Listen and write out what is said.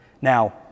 Now